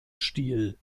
stil